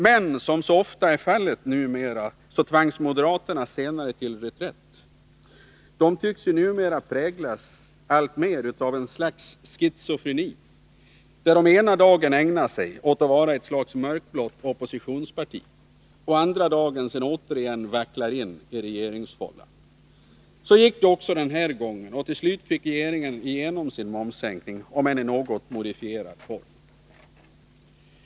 Men som så ofta är fallet numera tvangs moderaterna senare till reträtt; moderaterna tycks ju numera alltmer präglas av någon sorts schizofreni, där man ena dagen ägnar sig åt att vara ett slags mörkblått oppositionsparti och andra dagen återigen vacklar in i regeringsfållan. Så gick det också denna gång, och till slut fick regeringen igenom sin momssänkning, om än i något modifierad form.